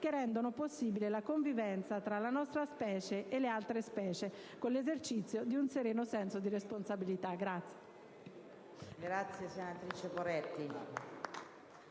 che rendano possibile la convivenza tra la nostra specie e le altre, con l'esercizio di un sereno senso di responsabilità.